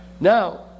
Now